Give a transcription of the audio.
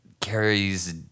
carries